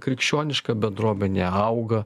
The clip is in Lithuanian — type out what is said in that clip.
krikščioniška bendruomenė auga